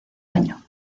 año